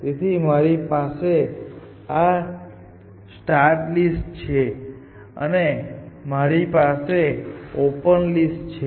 તેથી મારી પાસે આ સ્ટાર્ટ લિસ્ટ છે અને મારી પાસે આ ઓપન લિસ્ટ છે